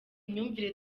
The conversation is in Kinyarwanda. imyumvire